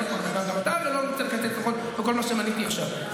הרי גם אתה לא רוצה לקצץ בכל מה שמניתי עכשיו,